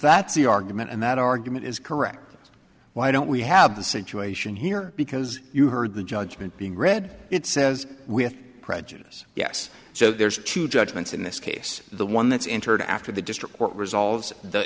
that's the argument and that argument is correct why don't we have the situation here because you heard the judgment being read it says with prejudice yes so there's two judgments in this case the one that's entered after the district court resolves the